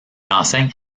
enseigne